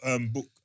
book